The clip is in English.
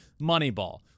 Moneyball